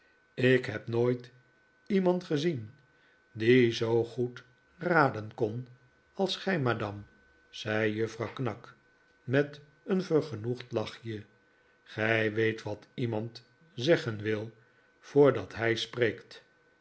ik heb nooit iemand gezien die zoo goed raden kon als gij madame zei juffrouw knag met een vergenoegd lachje gij weet wat iemand zeggen wil voordat hij spreekt